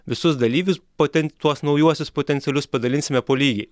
visus dalyvius potent tuos naujuosius potencialius padalinsime po lygiai